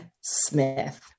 Smith